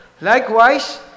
likewise